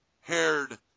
haired